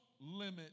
limit